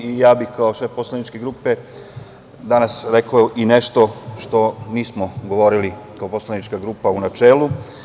Ja bih kao šef poslaničke grupe, danas rekao i nešto što nismo govorili kao poslanička grupa, u načelu.